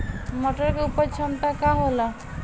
मटर के उपज क्षमता का होला?